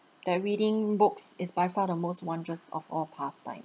that reading books is by far the most wondrous of all pastimes